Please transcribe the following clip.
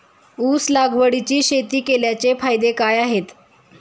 ऊस लागवडीची शेती केल्याचे फायदे काय आहेत?